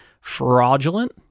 fraudulent